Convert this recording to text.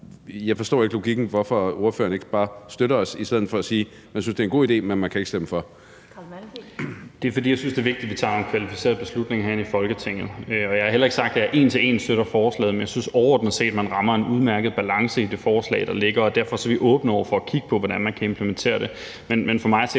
Jeg forstår ikke logikken i, hvorfor ordføreren ikke bare støtter os i stedet for at sige, at man synes, det er en god idé, men at man ikke kan stemme for. Kl. 14:05 Den fg. formand (Annette Lind): Hr. Carl Valentin. Kl. 14:05 Carl Valentin (SF): Det er, fordi jeg synes, det er vigtigt, vi tager en kvalificeret beslutning herinde i Folketinget. Og jeg har heller ikke sagt, at jeg en til en støtter forslaget, men jeg synes overordnet set, at man rammer en udmærket balance i det forslag, der ligger, og derfor er vi åbne over for at kigge på, hvordan man kan implementere det. Men for